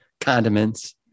condiments